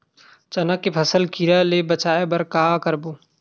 चना के फसल कीरा ले बचाय बर का करबो?